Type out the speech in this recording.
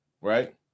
right